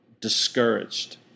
discouraged